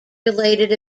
related